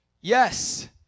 Yes